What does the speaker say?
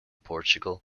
portugal